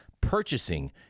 purchasing